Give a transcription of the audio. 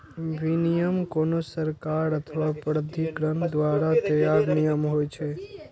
विनियम कोनो सरकार अथवा प्राधिकरण द्वारा तैयार नियम होइ छै